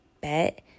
bet